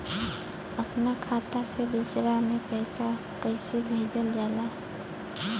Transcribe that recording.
अपना खाता से दूसरा में पैसा कईसे भेजल जाला?